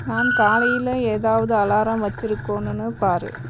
நான் காலையில் ஏதாவது அலாரம் வச்சிருக்கோன்னுனு பார்